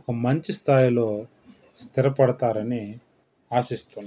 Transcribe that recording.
ఒక మంచి స్థాయిలో స్థిరపడతారని ఆశిస్తున్నాను